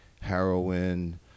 heroin